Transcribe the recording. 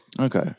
Okay